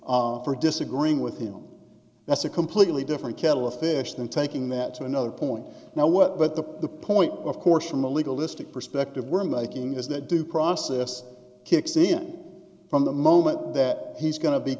and for disagreeing with him that's a completely different kettle of fish than taking that to another point now what the point of course from a legal listing perspective we're making is that due process kicks in from the moment that he's going to be